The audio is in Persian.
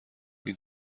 این